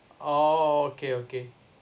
oh okay okay